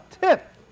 tip